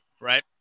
Right